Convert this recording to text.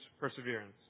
perseverance